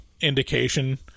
Indication